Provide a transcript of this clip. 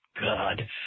God